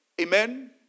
Amen